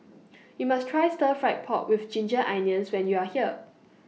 YOU must Try Stir Fried Pork with Ginger Onions when YOU Are here